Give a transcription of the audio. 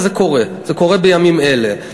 וזה קורה גם בימים אלה.